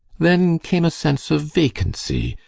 then came a sense of vacancy,